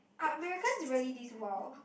are Americans really this wild